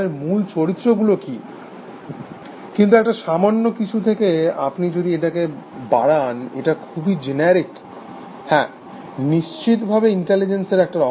ছাত্র সিদ্ধান্ত নেওয়ার ক্ষমতা কিন্তু একটা সামান্য কিছু থেকে আপনি যদি এটাকে বাড়ান এটা খুবই জেনারিক হ্যাঁ নিশ্চিতভাবে ইন্টেলিজেন্স এর একটা অংশ